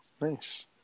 nice